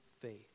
faith